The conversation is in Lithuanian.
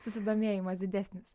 susidomėjimas didesnis